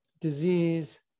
disease